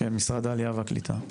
משרד העלייה והקליטה.